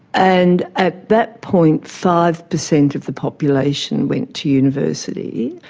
and at that point five percent of the population went to university,